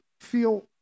feel